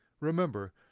Remember